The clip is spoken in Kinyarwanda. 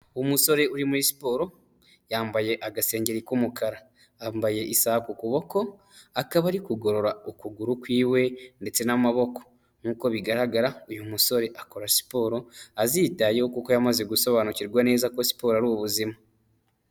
Umusore uri muri siporo yambaye agasengeri k'umukara yambaye isaha kukuboko akaba ari kugorora ukuguru kwiwe ndetse n'amaboko nk'uko uko bigaragara uyu musore akora siporo azitayeho kuko yamaze gusobanukirwa neza ko siporo ari ubuzima.